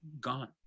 gone